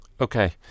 okay